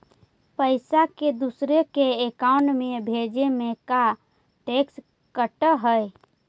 पैसा के दूसरे के अकाउंट में भेजें में का टैक्स कट है?